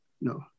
no